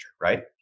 right